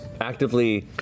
actively